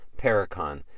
Paracon